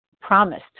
promised